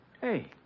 Hey